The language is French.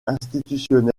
institutionnel